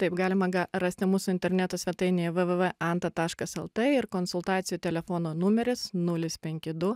taip galima ga rasti mūsų interneto svetainėje www anta taškas lt ir konsultacijų telefono numeris nulis penki du